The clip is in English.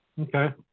Okay